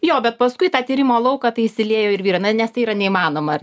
jo bet paskui į tą tyrimo lauką tai įsiliejo ir vyrai na nes tai yra neįmanoma ar